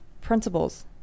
principles